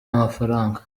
y’amafaranga